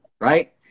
right